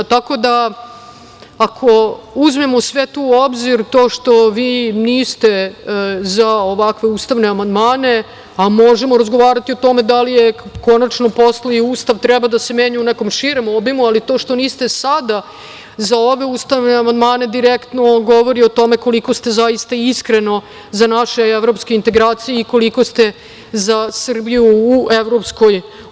Ako uzmemo sve to u obzir, to što vi niste za ovakve ustavne amandmane, a možemo razgovarati o tome da li konačno Ustav treba da se menja u nekom širem obimu, ali to što niste sada za ove ustavne amandmane, direktno govori o tome koliko ste zaista iskreno za naše evropske integracije i koliko ste za Srbiju u EU.